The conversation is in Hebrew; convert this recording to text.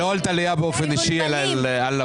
לא על טליה באופן אישי, אלא על לפ"מ.